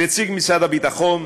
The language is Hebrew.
נציג משרד הביטחון,